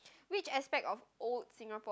which aspect of old Singapore